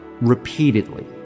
Repeatedly